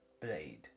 Blade